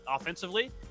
offensively